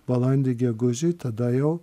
balandį gegužį tada jau